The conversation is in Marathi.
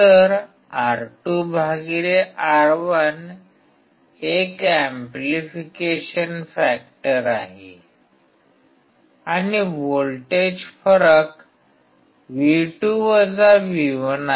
तर R2R1 एक एम्पलीफिकेशन फॅक्टर आहे आणि व्होल्टेज फरक V2 V1 आहे